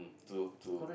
to to